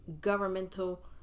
governmental